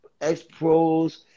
ex-pros